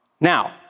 Now